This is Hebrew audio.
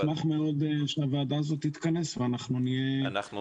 אני אשמח מאוד שהועדה הזאת תתכנס ואנחנו נהיה אנשי בשורה גם בעניין הזה.